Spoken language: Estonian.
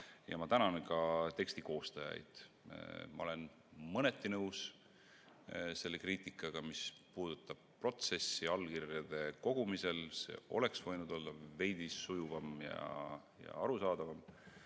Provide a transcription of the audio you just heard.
Ja ma tänan ka teksti koostajaid. Ma olen mõneti nõus selle kriitikaga, mis puudutab protsessi allkirjade kogumisel, see oleks võinud olla veidi sujuvam ja arusaadavam,